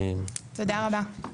תודה רבה.